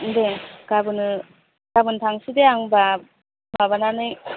दे गाबोननो गाबोन थांसै दे आं होमबा माबानानै